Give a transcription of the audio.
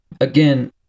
again